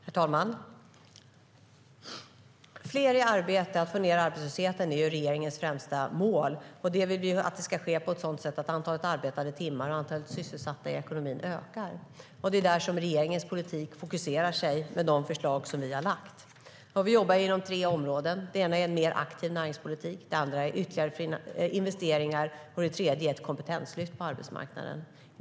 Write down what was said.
Herr talman! Fler i arbete, att få ned arbetslösheten, är regeringens främsta mål, och vi vill att det ska ske på ett sådant sätt att antalet arbetade timmar och antalet sysselsatta i ekonomin ökar. Det är på det regeringens politik fokuserar med de förslag som vi har lagt fram. Vi jobbar inom tre områden. Det första är en mer aktiv näringspolitik. Det andra är ytterligare investeringar. Det tredje är ett kompetenslyft på arbetsmarknaden.